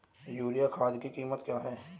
Urea खाद की कीमत क्या है?